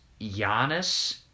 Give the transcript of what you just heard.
Giannis